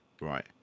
right